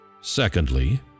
Secondly